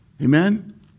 Amen